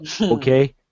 okay